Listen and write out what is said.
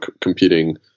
competing